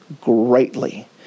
greatly